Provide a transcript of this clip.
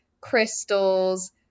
crystals